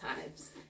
times